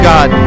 God